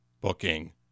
booking